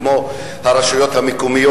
כמו ברשויות המקומיות,